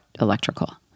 electrical